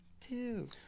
two